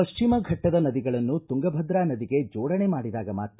ಪಶ್ಚಿಮ ಫಟ್ಟದ ನದಿಗಳನ್ನು ತುಂಗಭದ್ರಾ ನದಿಗೆ ಜೋಡಣೆ ಮಾಡಿದಾಗ ಮಾತ್ರ